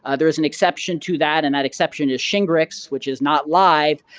ah there is an exception to that. and that exception is shingrix, which is not live,